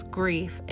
grief